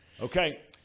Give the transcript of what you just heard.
Okay